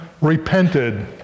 repented